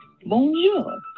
Bonjour